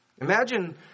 Imagine